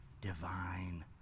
divine